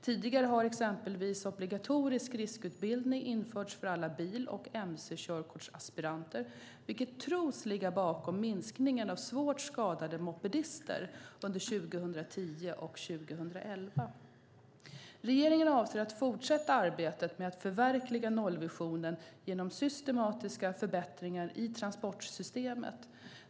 Tidigare har exempelvis obligatorisk riskutbildning införts för alla bil och mc-körkortsaspiranter, vilket tros ligga bakom minskningen av svårt skadade mopedister under 2010 och 2011. Regeringen avser att fortsätta arbetet med att förverkliga nollvisionen genom systematiska förbättringar i transportsystemet.